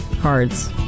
Cards